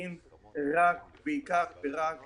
ומספקים בעיקר ורק